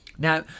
Now